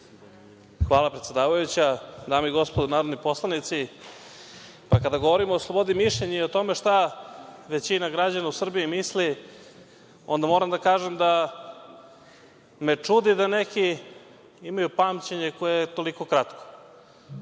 Hvala. Dame i gospodo, narodni poslanici, kada govorimo o slobodi mišljenja i o tome šta većina građana u Srbiji misli, moram da kažem da me čudi da neki imaju pamćenje koje je toliko kratko. Na